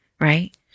right